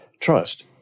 trust